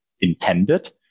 intended